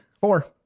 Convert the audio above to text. Four